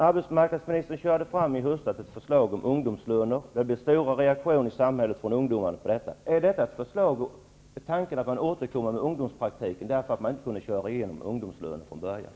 Arbetsmarknadsministern förde i höstas fram ett förslag om ungdomslöner. Det blev starka reaktioner från ungdomarna i samhället mot detta. Är tanken att man nu skall återkomma med ungdomspraktiken, eftersom man inte fick igenom ungdomslöner från början?